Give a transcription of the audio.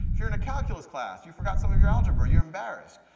you're in a calculus class, you forgot some of your algebra, you're embarrassed.